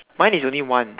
mine is only one